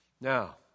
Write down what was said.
Now